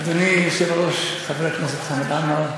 אדוני היושב-ראש חבר הכנסת חמד עמאר,